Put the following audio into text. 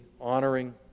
honoring